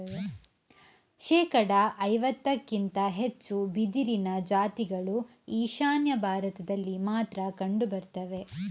ಶೇಕಡಾ ಐವತ್ತಕ್ಕಿಂತ ಹೆಚ್ಚು ಬಿದಿರಿನ ಜಾತಿಗಳು ಈಶಾನ್ಯ ಭಾರತದಲ್ಲಿ ಮಾತ್ರ ಕಂಡು ಬರ್ತವೆ